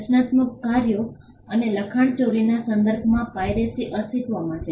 રચનાત્મક કાર્યો અને લખાણચોરીના સંદર્ભમાં પાઇરેસી અસ્તિત્વમાં છે